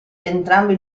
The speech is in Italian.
entrambi